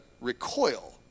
recoil